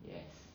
yes